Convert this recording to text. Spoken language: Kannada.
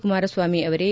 ಕುಮಾರಸ್ವಾಮಿ ಅವರೇ